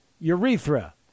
Urethra